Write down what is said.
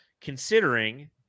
considering